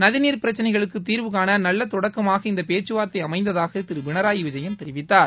நதிநீர் பிரச்சினைகளுக்கு தீர்வு காண நல்ல தொடக்கமாக இந்த பேச்சுவார்த்தை அமைந்ததாக திரு பினராயி விஜயன் தெரிவித்தார்